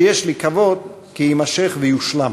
שיש לקוות כי יימשך ויושלם.